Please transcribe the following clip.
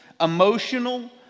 emotional